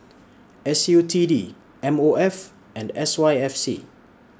S U T D M O F and S Y F C